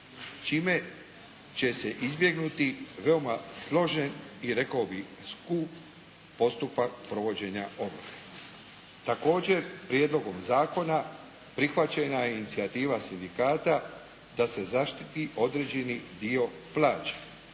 čime će se izbjegnuti veoma složen i rekao bih skup postupak provođenja ovrhe. Također Prijedlogom zakona prihvaćena je i inicijativa Sindikata da se zaštiti određeni dio plaće.